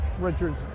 Richard's